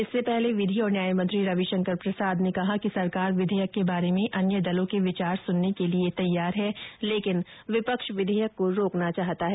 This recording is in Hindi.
इससे पहले विधि और न्याय मंत्री रविशंकर प्रसाद ने कहा कि सरकार विधेयक के बारे में अन्य दलों के विचार सुनने के लिए तैयार है लेकिन विपक्ष विधेयक को रोकना चाहता है